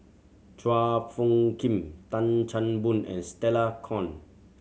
Chua Phung Kim Tan Chan Boon and Stella Kon